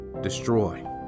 destroy